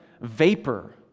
vapor